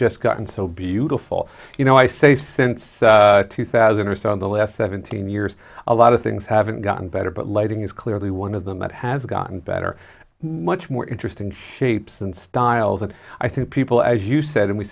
just gotten so beautiful you know i say since two thousand or so in the last seventeen years a lot of things haven't gotten better but lighting is clearly one of them that has gotten better much more interesting shapes and styles and i think people as you said and we